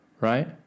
right